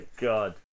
god